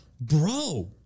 Bro